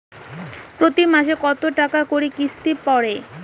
প্রতি মাসে কতো টাকা করি কিস্তি পরে?